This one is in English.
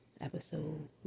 episode